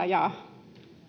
ja